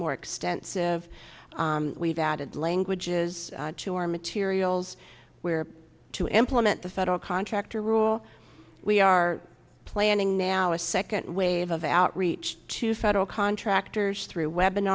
more extensive we've added languages to our materials where to implement the federal contractor rule we are planning now a second wave of outreach to federal contractors through we